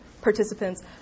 participants